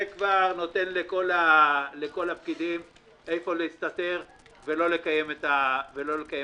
זה כבר נותן לכל הפקידים מקום להסתתר ולא לקיים את הדברים.